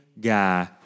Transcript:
guy